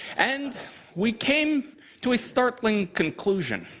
and we came to a startling conclusion.